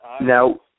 Now